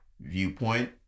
viewpoint